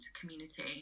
community